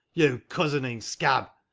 you cozening scab!